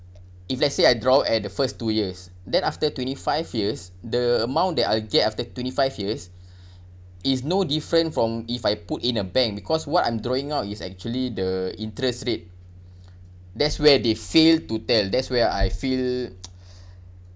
if let's say I draw at the first two years then after twenty five years the amount that I'll get after twenty five years is no different from if I put in a bank because what I'm throwing out is actually the interest rate that's where they failed to tell that's where I feel